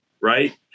right